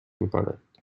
میکنند